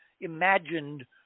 imagined